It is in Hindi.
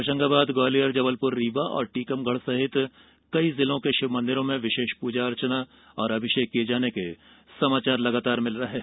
होशंगाबाद ग्वालियर जबलपुर रीवा और टीकमगढ़ सहित कई जिलों के शिव मंदिरों में विशेष पूजा अर्चना और अभिषेक किये जाने के समाचार मिले हैं